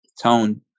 tone